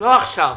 לא עכשיו.